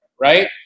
right